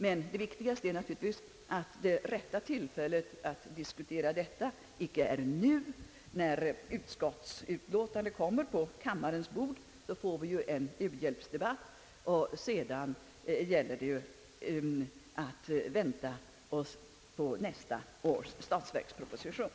Men viktigt är naturligtvis, att detta icke är rätta tillfället att diskutera den saken — när utskottsutlåtandet om u-hjälpen "kommer på kammarens bord får vi en u-hjälpsdebatt. Och sedan gäller det ju att vänta på nästa års statsverksproposition.